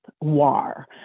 war